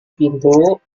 pintu